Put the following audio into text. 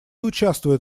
участвует